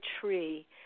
tree